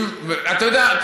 אתה יודע,